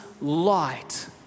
light